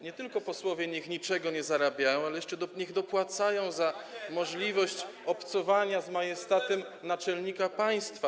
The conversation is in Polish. Niech posłowie nie tylko niczego nie zarabiają, ale jeszcze niech dopłacają za możliwość obcowania z majestatem naczelnika państwa.